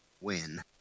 win